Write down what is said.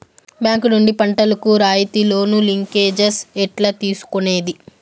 Bank నుండి పంటలు కు రాయితీ లోను, లింకేజస్ ఎట్లా తీసుకొనేది?